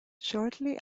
shortly